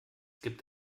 gibt